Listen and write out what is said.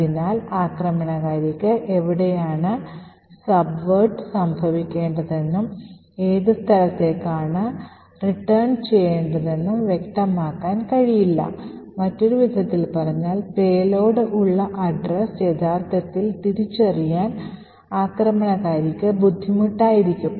അതിനാൽ ആക്രമണകാരിക്ക് എവിടെയാണ് അട്ടിമറി സംഭവിക്കേണ്ടതെന്നും ഏത് സ്ഥലത്തേക്കാണ് മടങ്ങേണ്ടതെന്നും വ്യക്തമാക്കാൻ കഴിയില്ല മറ്റൊരു വിധത്തിൽ പറഞ്ഞാൽ പേലോഡ് ഉള്ള വിലാസം യഥാർത്ഥത്തിൽ തിരിച്ചറിയാൻ ആക്രമണകാരിക്ക് ബുദ്ധിമുട്ടായിരിക്കും